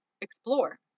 explore